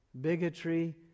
bigotry